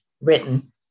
written